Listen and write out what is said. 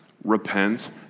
Repent